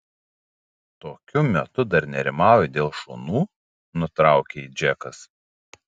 tokiu metu dar nerimauji dėl šunų nutraukė jį džekas